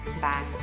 Bye